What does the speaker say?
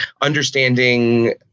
understanding